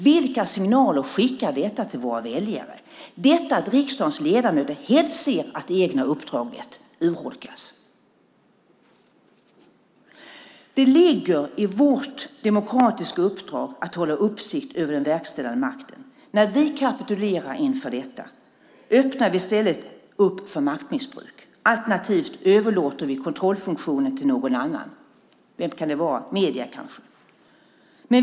Vilka signaler skickar det till våra väljare att riksdagens ledamöter helst ser att det egna uppdraget urholkas? Det ligger i vårt demokratiska uppdrag att hålla uppsikt över den verkställande makten. När vi kapitulerar inför detta öppnar vi i stället för maktmissbruk. Alternativt överlåter vi kontrollfunktionen till någon annan. Vem kan det vara - medierna kanske?